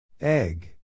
Egg